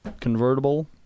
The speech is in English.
convertible